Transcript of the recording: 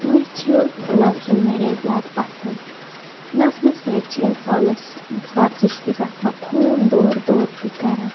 مےٚ چھِ نَژُن وارِیاہ زیادٕ پَسَنٛد نَژنہٕ سۭتۍ چھِ اِنسانَس وَرزِش تہِ گژھان خوٗن دورٕ دور تہِ کَران